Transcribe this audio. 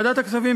ועדת הכספים,